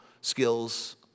skills